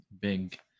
big